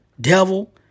devil